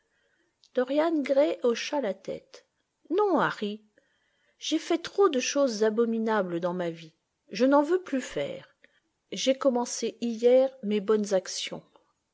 an gray hocha la tête non iiarry j'ai fait trop de choses abominables dans ma vie je n'en veux plus faire j'ai commencé hier mes bonnes actions